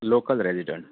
local resident